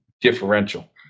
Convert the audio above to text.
differential